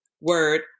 word